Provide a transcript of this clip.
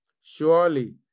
Surely